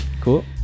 cool